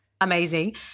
amazing